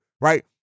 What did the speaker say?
right